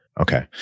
Okay